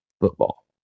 football